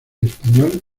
español